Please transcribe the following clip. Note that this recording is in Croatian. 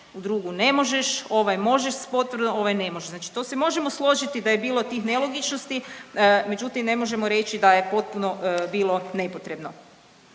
u drugu ne možeš, ovaj možeš s potvrdom, ovaj ne možeš. Znači to se možemo složiti da je bilo tih nelogičnosti, međutim ne možemo reći da je potpuno bilo nepotrebno.